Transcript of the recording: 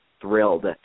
thrilled